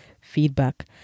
feedback